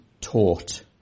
taught